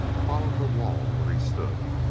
followed the wall where he stood.